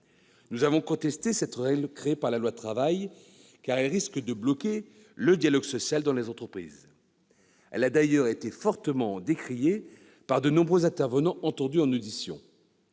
Nous avons contesté cette règle créée par la loi Travail, car elle risque de bloquer le dialogue social dans les entreprises. Elle a d'ailleurs été fortement décriée par de nombreux intervenants entendus en audition.